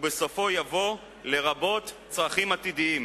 ובסופו יבוא "לרבות צרכים עתידיים".